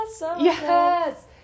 Yes